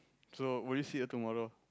so will you see her tomorrow